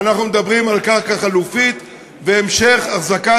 אנחנו מדברים על קרקע חלופית והמשך החזקת